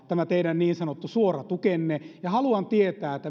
tämä teidän niin sanottu suora tukenne maksaa ja haluan tietää